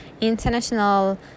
international